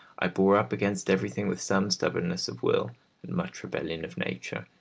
i bore up against everything with some stubbornness of will and much rebellion of nature,